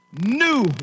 new